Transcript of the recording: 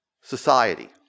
Society